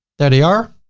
there they are